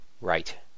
Right